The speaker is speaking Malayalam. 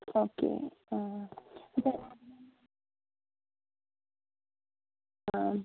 ഓക്കെ ആ ഇപ്പം ആ